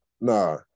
Nah